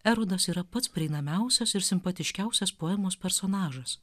erodas yra pats prieinamiausias ir simpatiškiausias poemos personažas